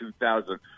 2000